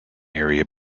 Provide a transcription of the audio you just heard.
area